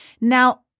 now